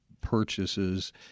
purchases